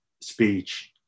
speech